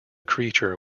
creature